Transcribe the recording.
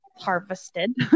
harvested